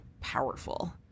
powerful